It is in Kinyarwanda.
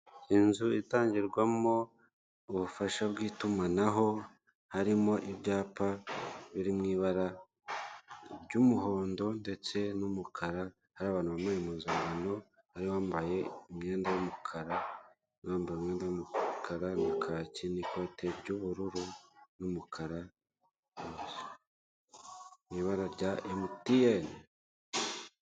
Inzu itangirwamo ubufasha bw'itumanaho harimo ibyapa biri mw'ibara ry'umuhondo ndetse n'umukara hari abantu bambaye impuzangano nabambaye umwenda w'umukara nabambaye umwenda w'umukara na kacye n'ikote ry'ubururu n'umukara mwibara rya MTN.